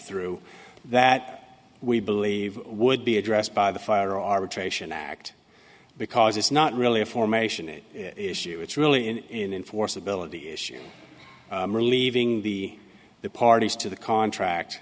through that we believe would be addressed by the fire arbitration act because it's not really a formation it it's really an in in force ability issue relieving the the parties to the contract